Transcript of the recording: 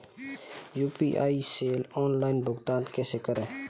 UPI से online भुगतान कैसे करें?